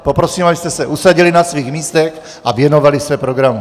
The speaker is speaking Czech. Poprosím, abyste se usadili na svých místech a věnovali se programu.